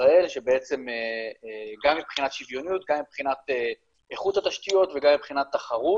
שבסוף מרכיבות את החיים שלנו.